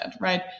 right